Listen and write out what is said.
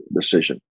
decision